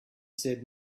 said